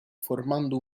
formando